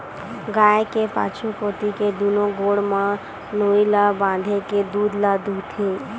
गाय के पाछू कोती के दूनो गोड़ म नोई ल बांधे के दूद ल दूहूथे